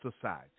society